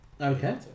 okay